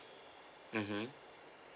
mmhmm